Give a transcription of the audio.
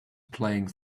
playing